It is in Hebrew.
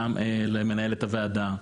גם למנהלת הוועדה,